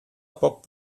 poc